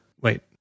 wait